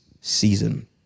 season